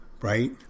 right